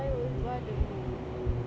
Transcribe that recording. why because of moon